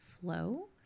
flow